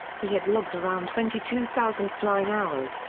he had logged around twenty two thousand flying hours,